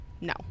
No